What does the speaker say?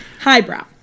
Highbrow